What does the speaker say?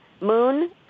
moon